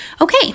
Okay